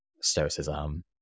Stoicism